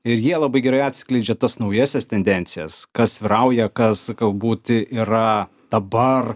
ir jie labai gerai atskleidžia tas naująsias tendencijas kas vyrauja kas galbūt yra dabar